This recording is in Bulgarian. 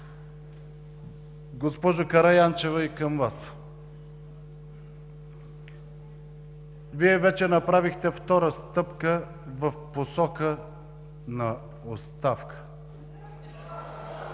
Госпожо Караянчева и към Вас – Вие вече направихте втора стъпка в посока на оставка.